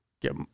get